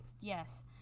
yes